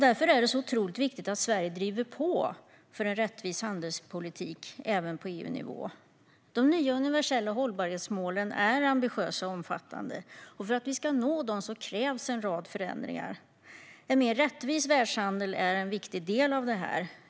Därför är det otroligt viktigt att Sverige driver på för en rättvis handelspolitik även på EU-nivå. De nya universella hållbarhetsmålen är ambitiösa och omfattande. För att vi ska nå dem krävs en rad förändringar. En mer rättvis världshandel är en viktig del av detta.